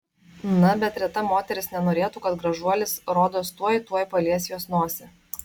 na bet reta moteris nenorėtų kad gražuolis rodos tuoj tuoj palies jos nosį